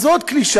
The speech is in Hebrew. אז עוד קלישאה,